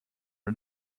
and